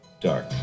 dark